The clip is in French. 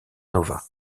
nova